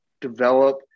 develop